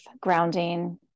grounding